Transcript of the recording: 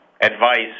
advice